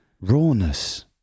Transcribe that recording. rawness